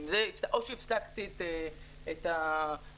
התייחס באופן ספציפי לחברות מהתחום שלנו וקבע כללים